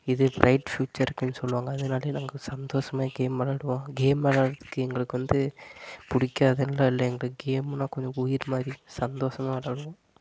இது bright future இருக்குதுன்னு சொல்லுவாங்க அதனாலே நாங்கள் சந்தோஷமாக கேம் விளாடுவோம் கேம் விளாட்றதுக்கு எங்களுக்கு வந்து பிடிக்காதுன்லாம் இல்லை எங்களுக்கு கேம்னால் கொஞ்சம் உயிர் மாதிரி சந்தோஷமாக விளாடுவோம்